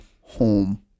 home